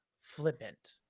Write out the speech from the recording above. flippant